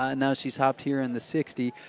ah and now she's hopped here in the sixty.